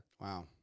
Wow